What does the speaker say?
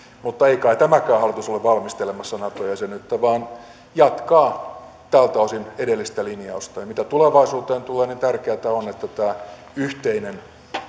mutta ei kai tämäkään hallitus ole valmistelemassa nato jäsenyyttä vaan jatkaa tältä osin edellistä linjausta mitä tulevaisuuteen tulee niin tärkeätä on että tämä yhteinen